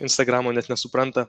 instagramo net nesupranta